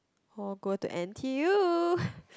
or go to n_t_u